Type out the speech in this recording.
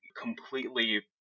completely